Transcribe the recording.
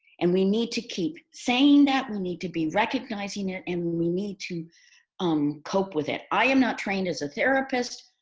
and we need to keep saying that. we need to be recognizing it and we need to um cope with it. i am not trained as a therapist.